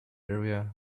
area